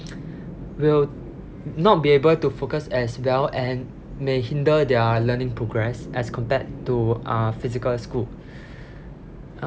will not be able to focus as well and may hinder their learning progress as compared to uh physical school